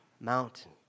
mountain